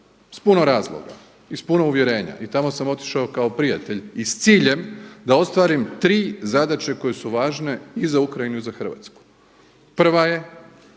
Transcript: s puno razloga i s puno uvjerenja i tamo sam otišao kao prijatelj i s ciljem da ostvarim tri zadaće koje su važne i za Ukrajinu i za Hrvatsku. Prva je